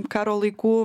karo laikų